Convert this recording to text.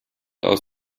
aus